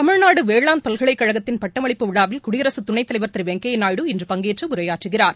தமிழ்நாடு வேளாண் பல்கலைக்கழகத்தின் பட்டமளிப்பு விழாவில் குடியரசு துணைத்தலைவா் திரு வெங்கையா நாயுடு இன்று பங்கேற்று உரையாற்றுகிறார்